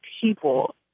people